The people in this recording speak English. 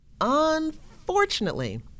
Unfortunately